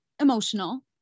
emotional